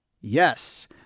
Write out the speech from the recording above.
Yes